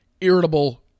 irritable